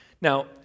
Now